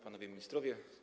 Panowie Ministrowie!